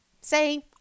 say